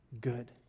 good